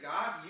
God